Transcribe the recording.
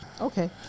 Okay